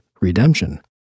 redemption